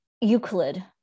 Euclid